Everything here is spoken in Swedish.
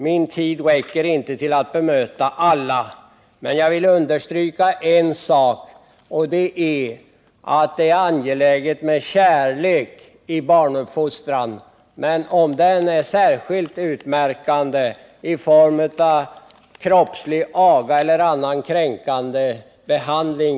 Min tid räcker inte till för att bemöta alla dessa, men jag vill uttrycka en sak: Det är angeläget med kärlek i barnuppfostran, men jag betvivlar att kärlek skulle kunna ta sig uttryck i kroppslig aga eller annan kränkande behandling.